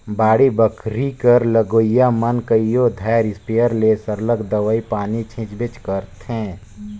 बाड़ी बखरी कर लगोइया मन कइयो धाएर इस्पेयर ले सरलग दवई पानी छींचबे करथंे